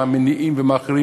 מה המניעים ומה אחרים,